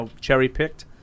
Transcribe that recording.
cherry-picked